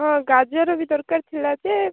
ହଁ ଗାଜର ବି ଦରକାର ଥିଲା ଯେ